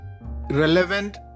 relevant